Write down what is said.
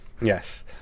Yes